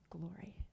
glory